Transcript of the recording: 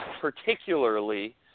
particularly